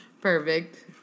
Perfect